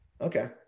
Okay